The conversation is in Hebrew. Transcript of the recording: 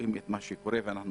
רואים את מה שקורה ומקווים